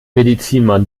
medizinmann